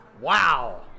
Wow